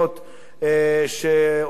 שבאמת,